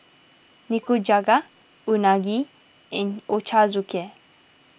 Nikujaga Unagi and Ochazuke